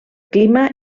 clima